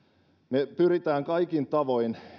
me pyrimme kaikin tavoin